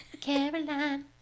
Caroline